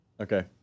Okay